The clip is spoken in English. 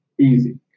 Easy